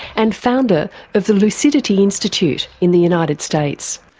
and founder of the lucidity institute in the united states.